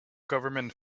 government